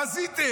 מה עשיתם?